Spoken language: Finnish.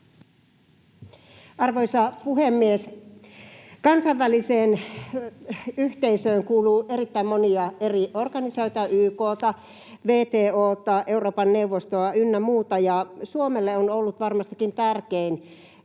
Arvoisa puhemies! Kansainväliseen yhteisöön kuuluu erittäin monia eri organisaatioita: YK:ta, WTO:ta, Euroopan neuvostoa ynnä muuta. Suomelle on ollut varmastikin tärkein